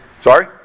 Sorry